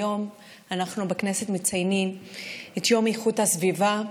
היום אנחנו מציינים בכנסת את יום איכות הסביבה.